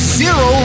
zero